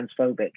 transphobic